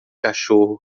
cachorro